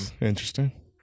Interesting